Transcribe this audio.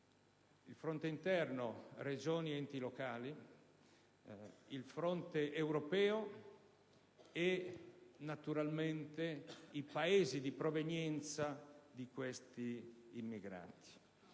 il fronte interno, con le Regioni e gli enti locali, il fronte europeo e, naturalmente, i Paesi di provenienza degli immigrati.